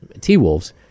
T-Wolves